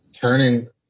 turning